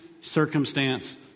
circumstance